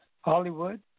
Hollywood